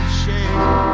shame